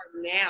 now